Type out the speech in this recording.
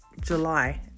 july